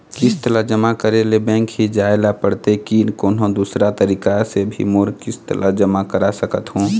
किस्त ला जमा करे ले बैंक ही जाए ला पड़ते कि कोन्हो दूसरा तरीका से भी मोर किस्त ला जमा करा सकत हो?